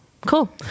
Cool